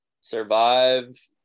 survive